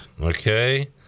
Okay